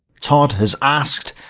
todd has asked,